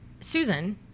Susan